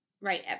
right